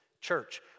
church